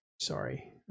sorry